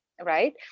right